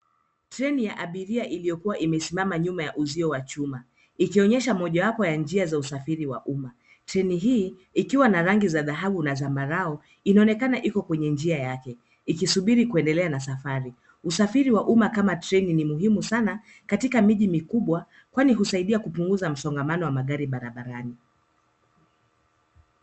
Treni ya abiria iliyokua imesimama nyuma ya uzio wa chuma. Ikionyesha mojawapo ya njia za usafiri wa umma. Treni hii ikiwa na rangi za dhahabu na zambarau, inaonekana iko kwenye njia yake ikisubiri kuendelea na safari. Usafiri wa umma kama treni ni muhimu sana katika miji mikubwa kwani husaidia kupunguza msongamano wa magari barabarani.